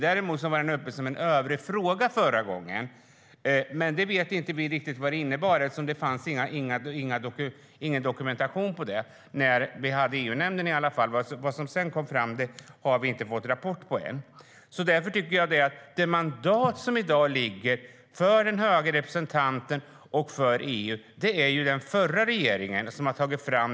Däremot var Kuba uppe som övrig fråga i Europeiska rådet förra gången, men vi vet inte riktigt vad det innebär eftersom det inte fanns någon dokumentation om det när vi hade samråd med EU-nämnden. Vad som sedan kom fram har vi inte fått rapport om än. Det mandat som i dag finns för EU och den höge representanten är det alltså den förra regeringen som har tagit fram.